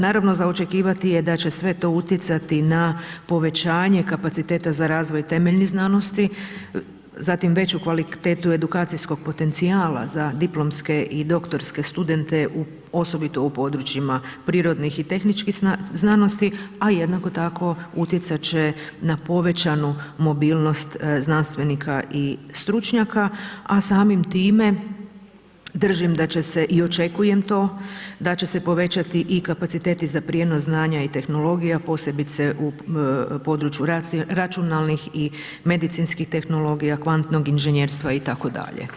Naravno za očekivati je da će se sve to utjecati na povećanje kapaciteta za razvoj temeljnih znanosti, zatim veću kvalitetu edukacijskog potencijala za diplomske i doktorske studente osobito u područjima prirodnih i tehničkih znanosti a jednako tako utjecati će na povećanu mobilnost znanstvenika i stručnjaka a samim time držim da će se i očekujem to da će se povećati i kapaciteti za prijenos znanja i tehnologije a posebice u području računalnih i medicinskih tehnologija, kvantnog inženjerstva itd.